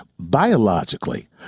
biologically